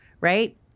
right